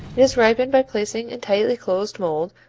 it is ripened by placing in tightly closed mold,